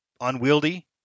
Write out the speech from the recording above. unwieldy